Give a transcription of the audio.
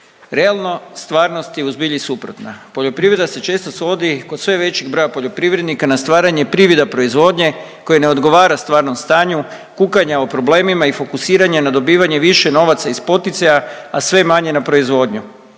Realno, stvarnost je u zbilji suprotna. Poljoprivreda se često svodi kod sve većeg broja poljoprivrednika na stvaranje privida proizvodnje koji ne odgovara stvarnom stanju, kukanja o problemima i fokusiranje na dobivanje više novaca iz poticaja, a sve manje na proizvodnju